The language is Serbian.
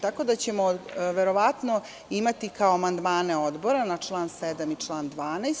Tako da ćemo verovatno imati kao amandmane odbora na član 7. i član 12.